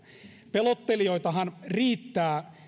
pelottelijoitahan riittää